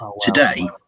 today